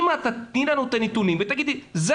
אם את תיתני לנו את הנתונים ותגידי שאלה